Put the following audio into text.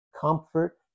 comfort